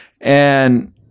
And-